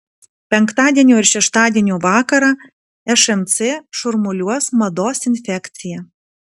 penktadienio ir šeštadienio vakarą šmc šurmuliuos mados infekcija